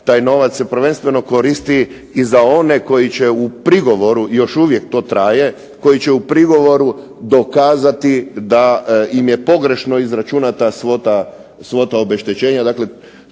taj novac se prvenstveno koristi i za one koji će u prigovoru još uvijek to traje, koji će u prigovoru dokazati da im je pogrešno izračunata svota obeštećenja.